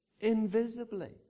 invisibly